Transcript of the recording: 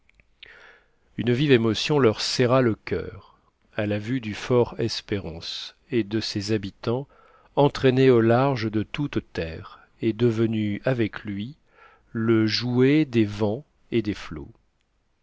une vive émotion leur serra le coeur à la vue du fort espérance et de ses habitants entraînés au large de toute terre et devenus avec lui le jouet des vents et des flots